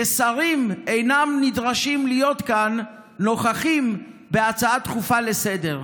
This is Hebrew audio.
שרים אינם נדרשים להיות נוכחים כאן בהצעה דחופה לסדר-היום.